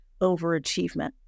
overachievement